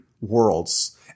worlds